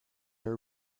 are